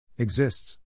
exists